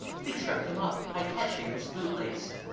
they tripped him up by catching his bootlace,